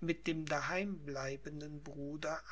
mit dem daheimbleibenden bruder